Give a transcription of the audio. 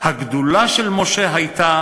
הגדולה של משה הייתה